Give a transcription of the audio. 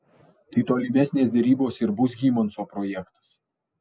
tai tolimesnės derybos ir bus hymanso projektas